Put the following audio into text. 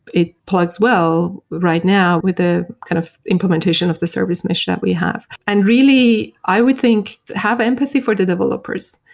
it plugs well right now with the kind of implementation of the service mesh that we have, and really i would think have empathy for the developers.